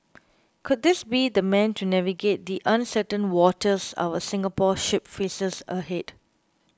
could this be the man to navigate the uncertain waters our Singapore ship faces ahead